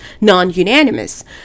non-unanimous